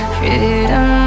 Freedom